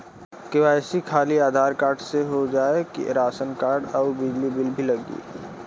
KYC खाली Aadhaar card से हो जाए कि राशन कार्ड अउर बिजली बिल भी लगी?